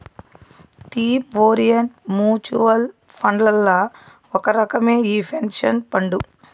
theme orient mutual ఫండ్లల్ల ఒక రకమే ఈ పెన్సన్ ఫండు